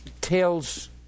tells